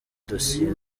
dosiye